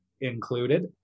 included